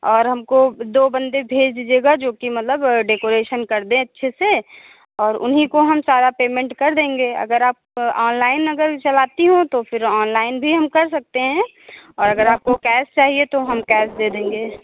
और हमको दो बंदे भेज दीजिएगा जोकि मतलब डेकोरेशन कर दें अच्छे से और उन्हीं को हम सारा पेमेंट कर देंगे अगर आप ऑनलाइन अगर चलाती हों तो फिर ऑनलाइन भी हम कर सकते हैं और अगर आपको कैस चाहिए तो हम कैस दे देंगे